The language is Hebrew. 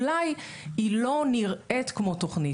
אולי היא לא נראית כמו תוכנית,